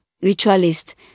ritualist